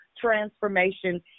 transformation